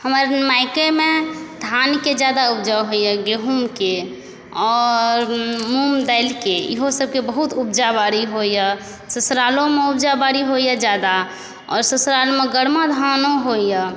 हमर माइकेमे धानके ज्यादा उपजा होइए गहूमके आओर मूँग दालिके ईहो सबके बहुत उपजा बाड़ी होइए ससुरालोमे उपजा बाड़ी होइए ज्यादा आओर ससुरालमे गरमा धानो होइए